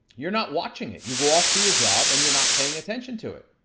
you're not watching it. you go off to your job, and you're not paying attention to it.